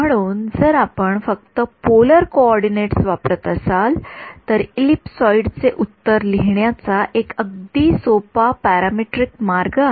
म्हणून जर आपण फक्त पोलर कोऑर्डिनेट्स वापरत असाल तर एलीपसॉइड चे उत्तर लिहिण्याचा एक अगदी सोपा पॅरामीट्रिक मार्ग आहे